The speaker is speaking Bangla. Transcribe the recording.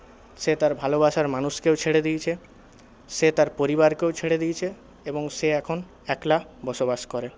সে তার ভালোবাসার মানুষকেও ছেড়ে দিয়েছে সে তার পরিবারকেও ছেড়ে দিয়েছে এবং সে এখন একলা বসবাস করে